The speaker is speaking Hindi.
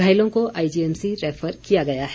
घायलों को आईजीएमसी रैफर किया गया है